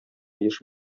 яшь